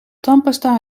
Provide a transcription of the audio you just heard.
tandpasta